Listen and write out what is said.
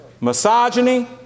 misogyny